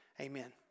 Amen